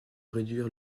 réduire